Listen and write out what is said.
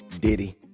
Diddy